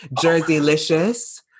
Jersey-licious